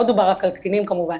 לא מדובר רק על קטינים כמובן,